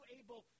able